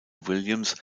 williams